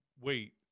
wait